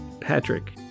Patrick